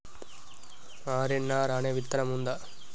RNR అనే విత్తనం ఉందా?